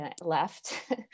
left